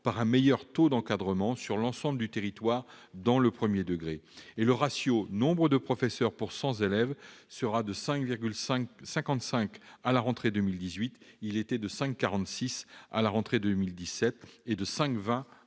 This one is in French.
par un meilleur taux d'encadrement sur l'ensemble du territoire dans le premier degré. Le ratio du nombre de professeurs pour 100 élèves sera de 5,55 à la rentrée 2018, alors qu'il était de 5,46 à la rentrée 2017 et de 5,20 à la rentrée 2012.